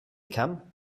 come